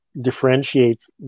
differentiates